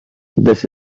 this